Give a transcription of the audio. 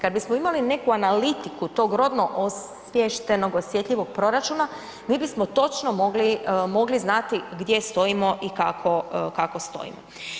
Kad bismo imali neku analitiku tog rodno osviještenog osjetljivog proračuna, mi bismo točno mogli, mogli znati gdje stojimo i kako, kako stojimo.